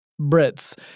Brits